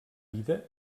vida